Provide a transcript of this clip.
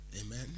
amen